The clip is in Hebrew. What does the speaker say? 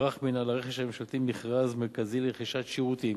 ערך מינהל הרכש הממשלתי מכרז מרכזי לרכישת שירותים